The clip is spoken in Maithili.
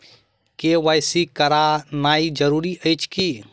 के.वाई.सी करानाइ जरूरी अछि की?